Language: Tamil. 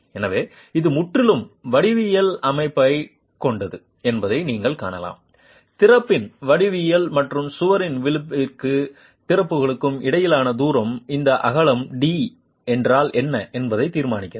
எனவே இது முற்றிலும் வடிவவியலை அடிப்படையாகக் கொண்டது என்பதை நீங்கள் காணலாம் திறப்பின் வடிவியல் மற்றும் சுவரின் விளிம்பிற்கும் திறப்புக்கும் இடையிலான தூரம் இந்த அகலம் D என்றால் என்ன என்பதை தீர்மானிக்கிறது